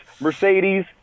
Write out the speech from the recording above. Mercedes